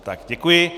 Tak, děkuji.